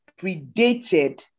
predated